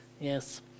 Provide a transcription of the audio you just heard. Yes